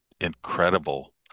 incredible